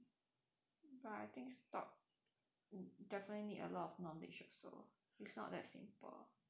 but I think stock definitely need a lot knowledge also it's not that simple